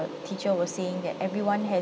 teacher was saying that everyone has